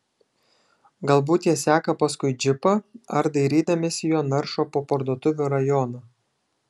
galbūt jie seka paskui džipą ar dairydamiesi jo naršo po parduotuvių rajoną